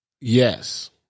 Yes